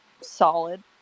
solid